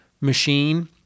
machine